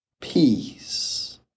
peace